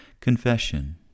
Confession